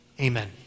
Amen